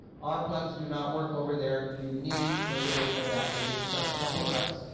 our plugs do not work over there, you need the little adapter, they just cost a couple of bucks.